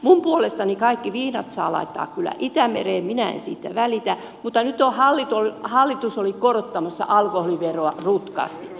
minun puolestani kaikki viinat saa laittaa kyllä itämereen minä en siitä välitä mutta nyt hallitus oli korottamassa alkoholiveroa rutkasti